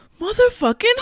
motherfucking